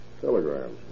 Telegrams